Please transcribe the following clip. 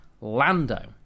Lando